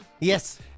Yes